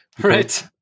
Right